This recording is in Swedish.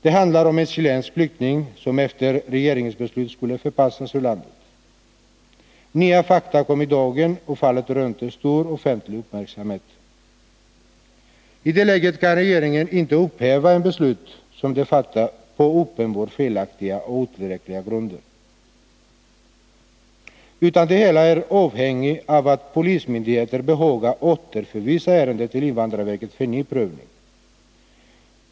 Det handlar om en chilensk flykting, som efter regeringsbeslut skulle förpassas ur landet. Nya fakta kom i dagen, och fallet rönte stor offentlig uppmärksamhet. I det läget kan regeringen inte upphäva ett beslut som den fattat på uppenbart felaktiga och otillräckliga grunder, utan det hela är avhängigt av att polismyndigheten behagar återförvisa ärendet till invandrarverket för ny prövning.